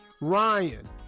Ryan